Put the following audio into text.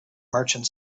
merchant